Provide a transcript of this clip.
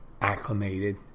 acclimated